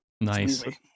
Nice